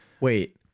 Wait